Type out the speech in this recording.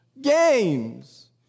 Games